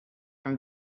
from